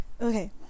Okay